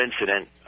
incident